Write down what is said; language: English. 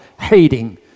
hating